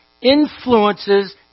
influences